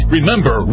Remember